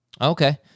Okay